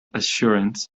assurance